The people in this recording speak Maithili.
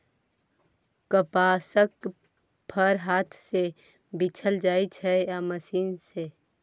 कपासक फर हाथ सँ बीछल जाइ छै या मशीन सँ